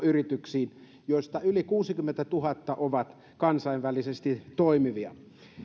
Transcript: yrityksiin joista yli kuusikymmentätuhatta on kansainvälisesti toimivia